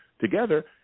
together